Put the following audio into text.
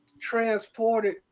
transported